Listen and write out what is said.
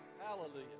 Hallelujah